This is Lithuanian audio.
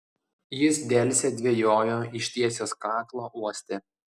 jis delsė dvejojo ištiesęs kaklą uostė